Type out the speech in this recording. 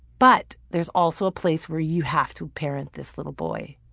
but there's also a place where you have to parent this little boy.